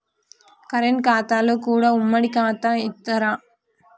Current ఖాతాలో కూడా ఉమ్మడి ఖాతా ఇత్తరా?